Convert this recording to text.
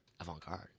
avant-garde